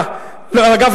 דרך אגב,